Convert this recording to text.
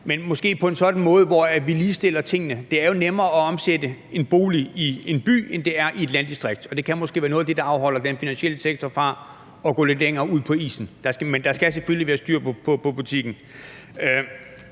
det være på en sådan måde, at vi ligestiller tingene. Det er jo nemmere at omsætte en bolig i en by, end det er i et landdistrikt, og det kan måske være noget af det, der afholder den finansielle sektor fra at gå lidt længere ud på isen. Men der skal selvfølgelig være styr på butikken.